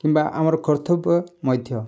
କିମ୍ବା ଆମର କର୍ତ୍ତବ୍ୟ ମଧ୍ୟ